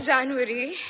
January